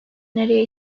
öneriye